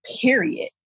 period